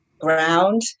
ground